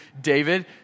David